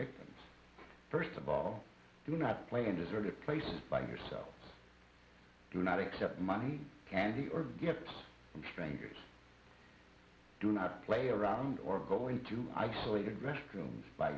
victims first of all do not play a deserted place by yourself do not accept money candy or strangers do not play around or go into isolated restrooms